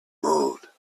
mould